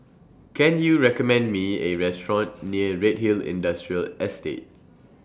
Can YOU recommend Me A Restaurant near Redhill Industrial Estate